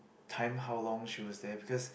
time how long she was there because